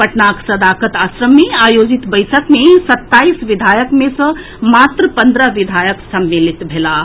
पटनाक सदाकत आश्रम मे आयोजित बैसक मे सताईस विधायक मे सॅ मात्र पन्द्रह विधायक सम्मिलित भेलाह